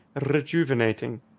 rejuvenating